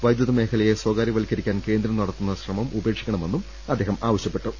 വൈദ്യുത മേഖലയെ സ്ഥകാര്യവത്കരിക്കാൻ കേന്ദ്രം നടത്തുന്ന ശ്രമം ഉപേക്ഷിക്കണമെന്നും അദ്ദേഹം പറഞ്ഞു